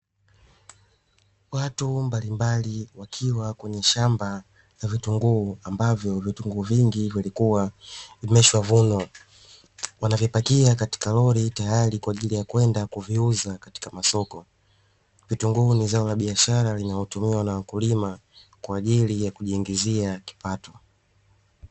Watu mbalimbali wakiwa kwenye shamba la vitunguu ambavyo vitunguu vingi vilikuwa vimeshavunwa, wanavipakia katika lori tayari kwa ajili ya kwenda kuviuza katika masoko, vitunguu ni zao la biashara linalotumiwa na wakulima kwa ajili ya kujiingizia kipato.